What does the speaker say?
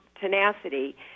tenacity